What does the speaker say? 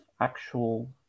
actual